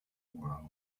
world